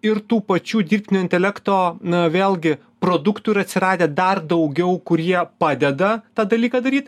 ir tų pačių dirbtinio intelekto na vėlgi produktų yra atsiradę dar daugiau kurie padeda tą dalyką daryt